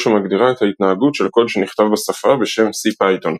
שמגדירה את ההתנהגות של קוד שנכתב בשפה – בשם CPython.